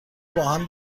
باهم